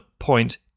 point